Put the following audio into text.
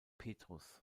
petrus